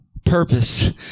Purpose